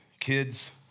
kids